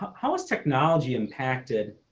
how is technology impacted